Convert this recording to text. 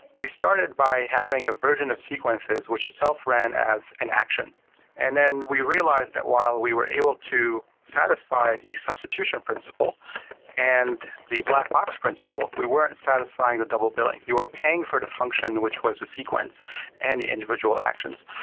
we started by having a version of sequences, which is self-ran as an action and then we realize that while we were able to satisfy the substitution principle and the black box principle, we weren't satisfying the double billing. you are paying for the function, which was a sequence and individual actions.